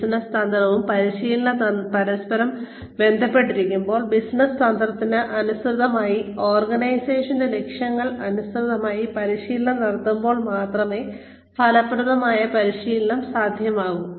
business തന്ത്രവും പരിശീലനവും പരസ്പരം ബന്ധപ്പെട്ടിരിക്കുമ്പോൾ ബിസിനസ്സ് തന്ത്രത്തിന് അനുസൃതമായി ഓർഗനൈസേഷന്റെ ലക്ഷ്യങ്ങൾക്ക് അനുസൃതമായി പരിശീലനം നടത്തുമ്പോൾ മാത്രമേ ഫലപ്രദമായ പരിശീലനം സാധ്യമാകൂ